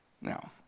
Now